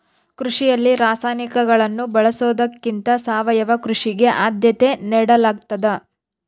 ಕೃಷಿಯಲ್ಲಿ ರಾಸಾಯನಿಕಗಳನ್ನು ಬಳಸೊದಕ್ಕಿಂತ ಸಾವಯವ ಕೃಷಿಗೆ ಆದ್ಯತೆ ನೇಡಲಾಗ್ತದ